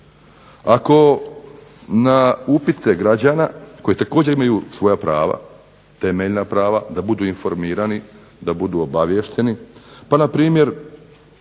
ako na upite građana koji također imaju svoja prava, temeljna prava da budu informirani, da budu obaviješteni. Pa npr.